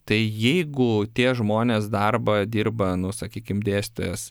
tai jeigu tie žmonės darbą dirba nu sakykim dėstytojas